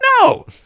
No